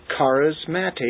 charismatic